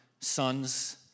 sons